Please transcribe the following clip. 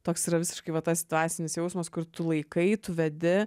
toks yra visiškai va tas dvasinis jausmas kur tu laikai tu vedi